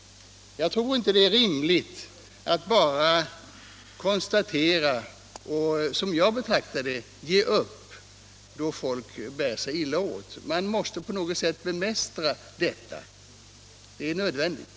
Jag tror inte att det är riktigt att bara konstatera att folk bär sig illa åt och sedan — som jag ser det — ge upp. Man måste på något sätt försöka bemästra detta.